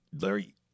larry